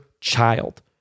child